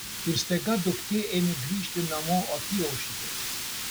ir staiga duktė ėmė grįžti namo apyaušriu